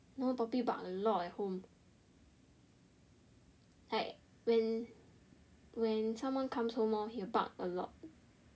you know poppy bark a lot at home like when when someone comes home lor he will bark a lot